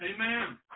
Amen